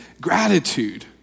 Gratitude